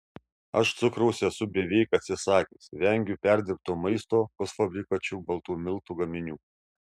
aš cukraus esu beveik atsisakęs vengiu perdirbto maisto pusfabrikačių baltų miltų gaminių